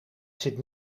zit